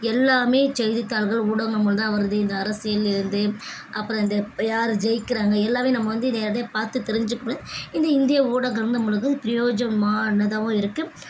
எல்லாமே செய்தித்தாள்கள் ஊடகங்கள் மூலந்தான் வருது இந்த அரசியல்லேருந்து அப்புறம் இந்த யார் ஜெயிக்கிறாங்கள் எல்லாமே நம்ம வந்து நேரடியாக பார்த்து தெரிஞ்சிக்கிறோம் இந்த இந்திய ஊடகம் வந்து நம்மளுக்கு பிரயோஜனமானதாகவும் இருக்குது